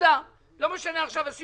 נקודה לא משנה עכשיו הסיבות,